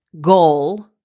goal